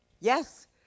Yes